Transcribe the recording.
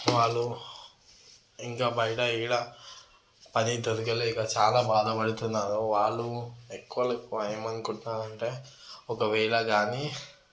వాళ్ళు ఇంకా బయట ఏడ పని దొరకలేక చాలా బాధపడుతున్నారు వాళ్ళు ఎక్కువలో ఎక్కువ ఏమని అనుకుంటున్నావు అంటే ఒకవేళ కానీ